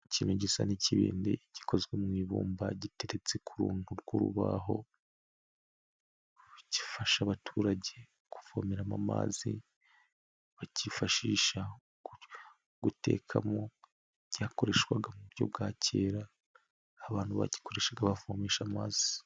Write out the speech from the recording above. Ikintu gisa n'ikibindi gikozwe mu ibumba giteretse ku runtu bw'urubaho, gifasha abaturage kuvomeramo amazi, bakifashisha gutekamo, cyakoreshwaga mu buryo bwa kera, abantu bagikoreshaga bavomesha amazi.